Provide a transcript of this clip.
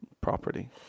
property